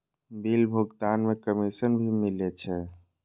Bill भुगतान में commission भी मिले छै?